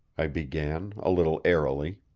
i began a little airily,